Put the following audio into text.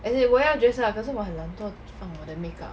as in 我要 dress up 可是我很懒惰穿我的 makeup